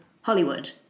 Hollywood